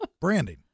Branding